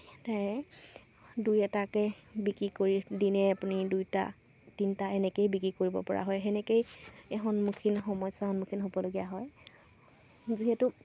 তাৰে দুই এটাকৈ বিক্ৰী কৰি দিনে আপুনি দুটা তিনিটা এনেকৈয়ে বিক্ৰী কৰিব পৰা হয় সেনেকৈয়ে সন্মুখীন সমস্যাৰ সন্মুখীন হ'বলগীয়া হয় যিহেতু